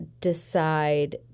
decide